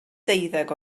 deuddeg